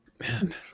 man